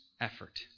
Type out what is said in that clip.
effort